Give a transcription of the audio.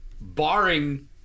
barring